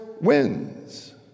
wins